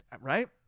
Right